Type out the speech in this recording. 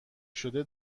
شده